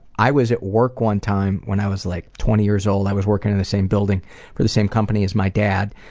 i was at work one time when i was like twenty years old. i was working in the same building for the same company as my dad.